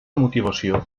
motivació